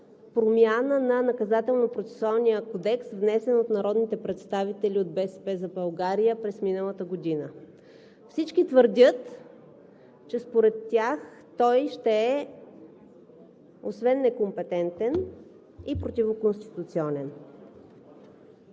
промяна на Наказателно-процесуалния кодекс, внесен от народните представители от „БСП за България“ през миналата година. Всички твърдят, че според тях той ще е, освен некомпетентен, и противоконституционен.